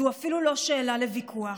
זו אפילו לא שאלה לוויכוח.